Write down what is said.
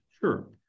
Sure